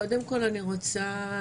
סליחה ענבר,